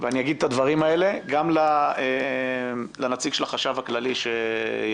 ואגיד את הדברים האלה גם לנציג של החשב הכללי שיעלה,